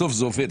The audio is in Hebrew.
בסוף זה עובד.